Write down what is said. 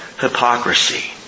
hypocrisy